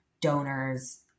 donors